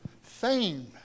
fame